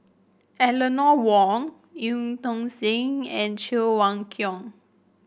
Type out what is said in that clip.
Eleanor Wong Eu Tong Sen and Cheng Wai Keung